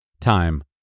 Time